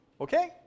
okay